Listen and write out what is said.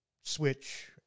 switch